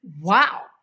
wow